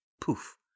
Poof